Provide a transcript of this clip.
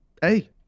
hey